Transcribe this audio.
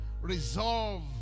resolve